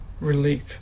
relief